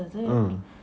mm